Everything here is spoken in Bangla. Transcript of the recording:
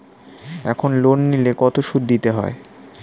এখন লোন নিলে কত সুদ দিতে হয়?